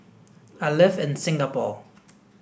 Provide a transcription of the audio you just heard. I live in Singapore